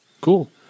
Cool